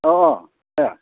अ अ दे